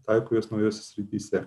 taiko juos naujose srityse